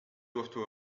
doivent